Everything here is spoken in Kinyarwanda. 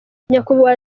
nyakubahwa